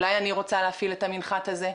אולי אני רוצה להפעיל את המנחת הזה?